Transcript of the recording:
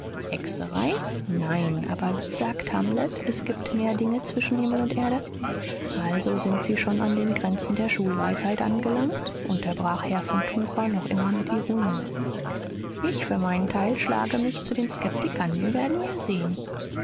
hexerei nein aber wie sagt hamlet es gibt mehr dinge zwischen himmel und erde also sind sie schon an den grenzen der schulweisheit angelangt unterbrach herr von tucher noch immer mit ironie ich für meinen teil schlage mich zu den skeptikern wir werden ja sehen